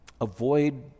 avoid